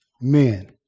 men